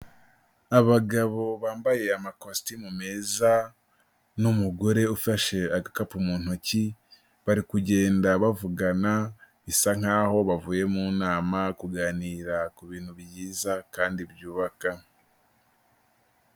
Abagabo bambaye amakositimu meza n'umugore ufashe agakapu mu ntoki bari kugenda bavugana bisa nk'aho bavuye mu nama kuganira ku bintu byiza kandi byubaka.